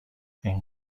این